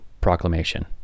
proclamation